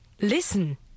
listen